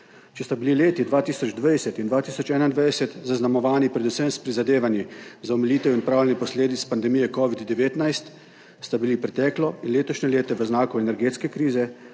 Če sta bili leti 2020 in 2021 zaznamovani predvsem s prizadevanji za omilitev in odpravljanje posledic pandemije covida-19, sta bili preteklo in letošnje leto v znaku energetske krize,